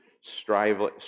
striving